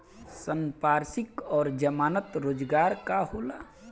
संपार्श्विक और जमानत रोजगार का होला?